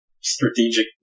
strategic